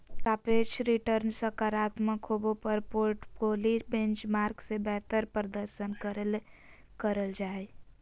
सापेक्ष रिटर्नसकारात्मक होबो पर पोर्टफोली बेंचमार्क से बेहतर प्रदर्शन करे ले करल जा हइ